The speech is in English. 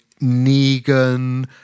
Negan